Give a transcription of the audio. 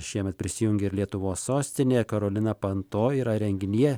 šiemet prisijungė ir lietuvos sostinė karolina panto yra renginyje